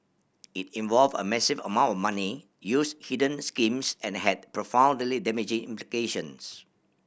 it involved a massive amount of money used hidden schemes and had profoundly damaging implications